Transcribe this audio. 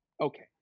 Okay